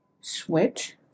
switch